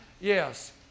Yes